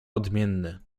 odmienny